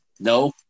no